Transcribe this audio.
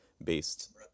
based